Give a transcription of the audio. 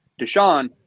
deshaun